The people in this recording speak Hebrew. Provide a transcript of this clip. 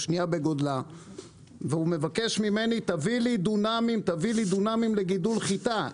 השנייה בגודלה והוא מבקש ממני תביא לי דונמים לגידול חיטה,